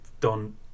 done